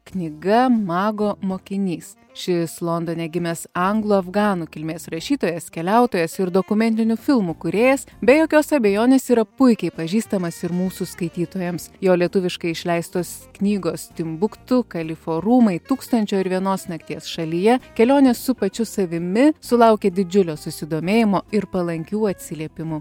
knyga mago mokinys šis londone gimęs anglų afganų kilmės rašytojas keliautojas ir dokumentinių filmų kūrėjas be jokios abejonės yra puikiai pažįstamas ir mūsų skaitytojams jo lietuviškai išleistos knygos timbuktu kalifo rūmai tūkstančio ir vienos nakties šalyje kelionės su pačiu savimi sulaukė didžiulio susidomėjimo ir palankių atsiliepimų